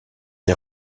des